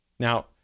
Now